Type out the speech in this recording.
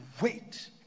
wait